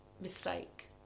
mistake